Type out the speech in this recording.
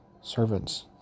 servants